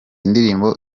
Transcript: ndirimbo